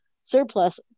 surplus